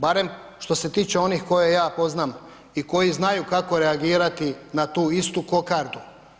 Barem što se tiče onih koje ja poznam i koji znaju kako reagirati na tu istu kokardu.